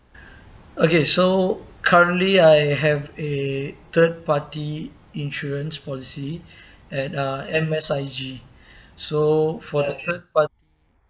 okay so currently I have a third party insurance policy at uh M_S_I_G so for third party